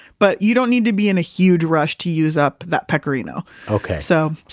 but you don't need to be in a huge rush to use up that pecorino okay. so,